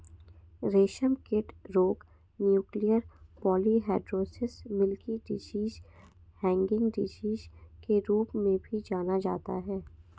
रेशमकीट रोग nuclear polyhedrosis, milky disease, hanging disease के रूप में भी जाना जाता है